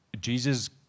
Jesus